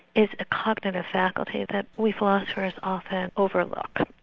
is a cognitive faculty that we philosophers often overlook.